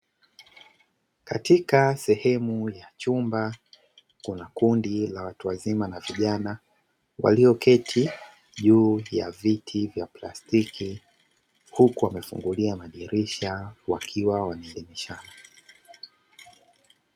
Katika sehemu ya chumba kuna kundi la watu wazima na vijana walioketi juu ya viti vya plastiki, huku wamefungulia madirisha wakiwa wameficha.